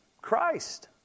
Christ